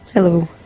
hello,